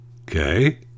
okay